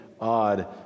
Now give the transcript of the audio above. odd